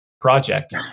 project